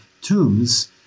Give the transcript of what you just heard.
tombs